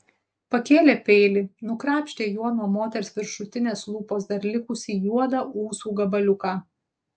pakėlė peilį nukrapštė juo nuo moters viršutinės lūpos dar likusį juodą ūsų gabaliuką